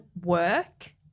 work